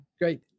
Great